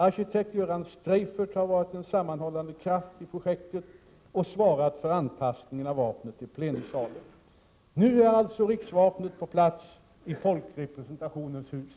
Arkitekt Göran Streijffert har varit en sammanhållande kraft i projektet och svarat för anpassningen av vapnet till plenisalen.